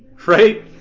Right